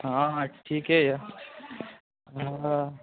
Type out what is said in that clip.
हँ हँ ठीके यऽ हँ